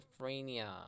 schizophrenia